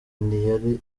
ntiyari